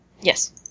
Yes